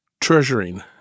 treasuring